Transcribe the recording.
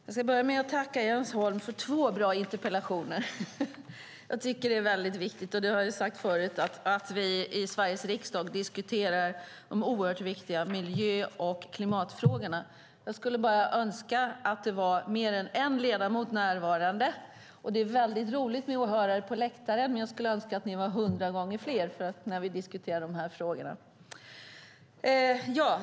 Fru talman! Jag ska börja med att tacka Jens Holm för två bra interpellationer. Det är viktigt - och det har jag sagt förut - att vi i Sveriges riksdag diskuterar de oerhört viktiga miljö och klimatfrågorna. Jag skulle bara önska att det var mer än en ledamot närvarande. Det är dessutom roligt med åhörare på läktaren, men jag skulle önska att ni var hundra gånger fler när vi diskuterar dessa frågor. Fru talman!